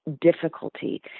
difficulty